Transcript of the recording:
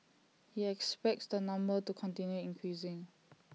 he expects the number to continue increasing